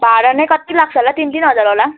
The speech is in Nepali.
भाडा नै कति लाक्छ होला तिन तिन हजार होला